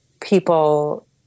people